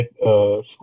school